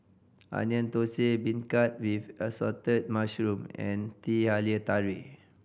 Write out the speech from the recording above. Onion Thosai beancurd with assorted mushroom and Teh Halia Tarik